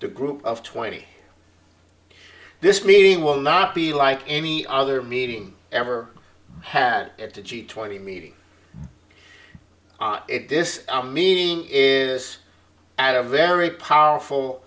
the group of twenty this meeting will not be like any other meeting ever had at the g twenty meeting this i mean this at a very powerful